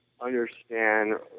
understand